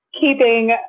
keeping